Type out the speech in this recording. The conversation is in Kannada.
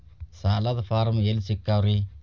ಸಾಲದ ಫಾರಂ ಎಲ್ಲಿ ಸಿಕ್ತಾವ್ರಿ?